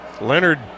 Leonard